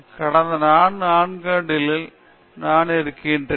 கடந்த 4 ஆண்டுகளில் நான் இங்கு இருக்கிறேன்